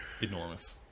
enormous